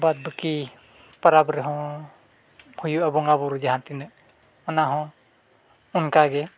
ᱵᱟᱫ ᱵᱟᱹᱠᱤ ᱯᱟᱨᱟᱵᱽ ᱨᱮᱦᱚᱸ ᱦᱩᱭᱩᱜᱼᱟ ᱵᱚᱸᱜᱟ ᱵᱳᱨᱳ ᱡᱟᱦᱟᱸ ᱛᱤᱱᱟᱹᱜ ᱚᱱᱟ ᱦᱚᱸ ᱚᱱᱠᱟᱜᱮ